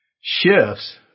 shifts